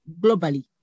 globally